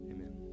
Amen